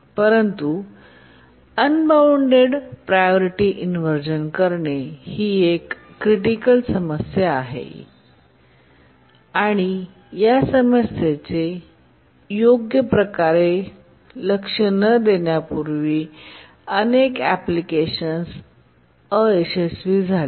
परंतु unbounded priority इनव्हर्जनकरणे ही एक क्रिटिकल समस्या आहे आणि या समस्येचे योग्य प्रकारे लक्ष न देण्यापूर्वी भूतकाळातील अनेक एप्लिकेशन्स अयशस्वी झाले